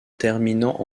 terminant